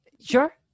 sure